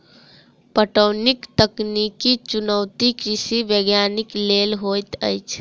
पटौनीक तकनीकी चुनौती कृषि वैज्ञानिक लेल होइत अछि